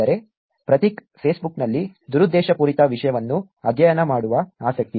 ಅಂದರೆ ಪ್ರತೀಕ್ ಫೇಸ್ಬುಕ್ನಲ್ಲಿ ದುರುದ್ದೇಶಪೂರಿತ ವಿಷಯವನ್ನು ಅಧ್ಯಯನ ಮಾಡುವ ಆಸಕ್ತಿ